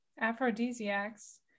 aphrodisiacs